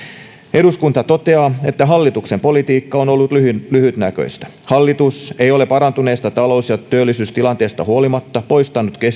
eduskunta toteaa että hallituksen politiikka on ollut lyhytnäköistä hallitus ei ole parantuneesta talous ja työllisyystilanteesta huolimatta poistanut